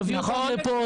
נביא אותם לפה,